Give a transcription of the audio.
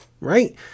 Right